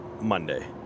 Monday